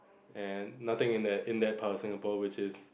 and nothing in there in there part of Singapore which is